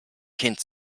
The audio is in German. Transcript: kind